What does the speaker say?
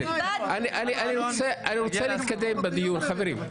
אני רוצה להתקדם בדיון חברים.